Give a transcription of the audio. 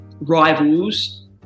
rivals